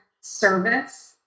service